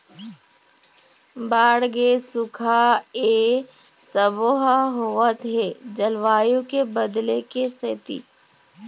बाड़गे, सुखा ए सबो ह होवत हे जलवायु के बदले के सेती